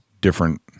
different